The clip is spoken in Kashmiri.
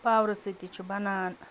پاورٕ سۭتی تہِ چھُ بَنان